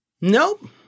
Nope